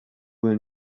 will